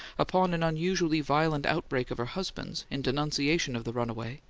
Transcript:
upon an unusually violent outbreak of her husband's, in denunciation of the runaway,